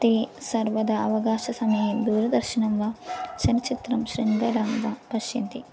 ते सर्वदा अवकाशसमये दूरदर्शनं वा चलच्चित्रं शृङ्गारं वा पश्यन्ति